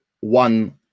one